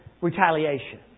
retaliation